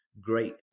great